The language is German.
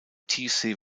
tiefsee